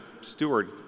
steward